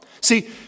See